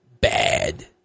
bad